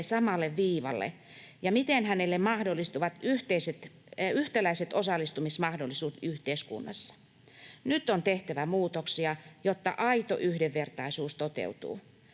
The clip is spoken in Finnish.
samalle viivalle ja miten hänelle mahdollistuvat yhtäläiset osallistumismahdollisuudet yhteiskunnassa. Nyt on tehtävä muutoksia, jotta aito yhdenvertaisuus toteutuu.